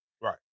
Right